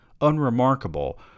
unremarkable